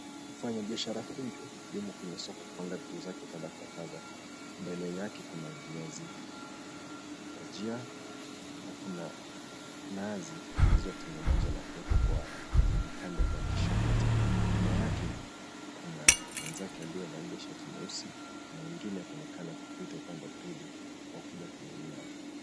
Mwanabiashara huyu yuko kwenye soko kupanga bidhaa zake kadha wa kadha. Mbele yake kuna viazi bajia na nazi vilivyotengenezwa na kuwekwa kwenye vipande vya kishahata. Nyuma yake kuna mwenzake aliyevalia shati nyeusi na nyeupe na mwengine anaonekana kupita upande wa pili kuja kununua.